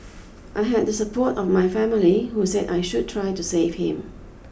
I had the support of my family who said I should try to save him